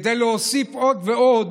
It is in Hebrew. כדי להוסיף עוד ועוד,